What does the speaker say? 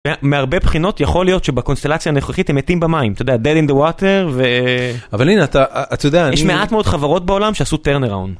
מהרבה בחינות יכול להיות שבקונסטלציה הנוכחית הם מתים במים אתה יודע dead in the water ו... אבל הנה אתה אתה יודע יש מעט מאוד חברות בעולם שעשו turn around.